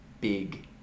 big